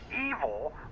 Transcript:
evil